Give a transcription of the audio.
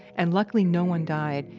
and luckily no one died,